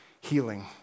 healing